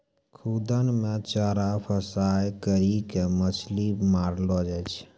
खुद्दन मे चारा फसांय करी के मछली मारलो जाय छै